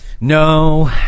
No